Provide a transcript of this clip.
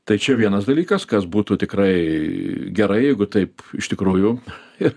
tai čia vienas dalykas kas būtų tikrai gerai jeigu taip iš tikrųjų ir